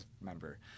member